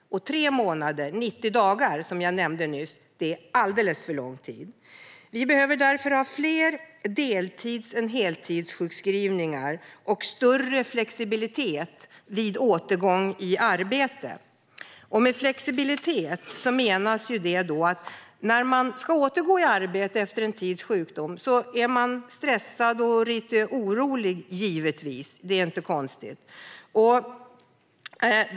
Tre månader, 90 dagar, som jag nämnde nyss är alldeles för lång tid. Det behövs därför fler deltids än heltidssjukskrivningar och större flexibilitet vid återgång i arbete. Med flexibilitet menar jag följande. När man ska återgå i arbete efter en tids sjukdom är man givetvis lite stressad och orolig. Det är inte konstigt.